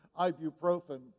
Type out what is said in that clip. ibuprofen